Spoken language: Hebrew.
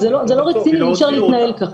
אי אפשר להתנהל ככה.